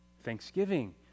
Thanksgiving